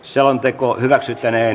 selonteko hyväksyttäneen